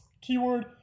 keyword